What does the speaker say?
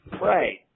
Right